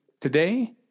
today